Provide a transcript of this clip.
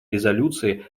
резолюции